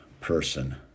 person